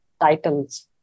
titles